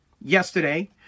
yesterday